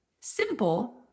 simple